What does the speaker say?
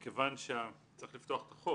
אני אעביר לכם אותן.